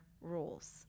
rules